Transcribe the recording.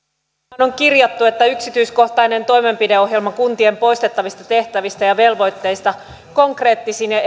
hallitusohjelmaan on kirjattu että yksityiskohtainen toimenpideohjelma kuntien poistettavista tehtävistä ja velvoitteista konkreettisine